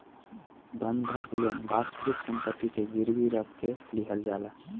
बंधक लोन वास्तविक सम्पति के गिरवी रख के लिहल जाला